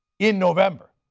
in november.